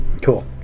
Cool